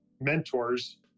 mentors